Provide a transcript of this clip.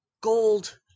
gold